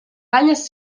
banyes